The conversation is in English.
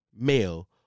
male